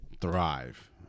thrive